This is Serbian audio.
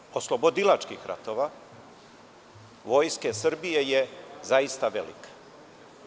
Tradicija oslobodilačkih ratova vojske Srbije je zaista velika.